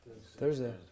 Thursday